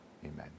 amen